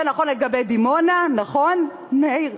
זה נכון לגבי דימונה, נכון, מאיר?